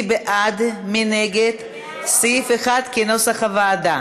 מי בעד ומי נגד סעיף 1, כנוסח הוועדה?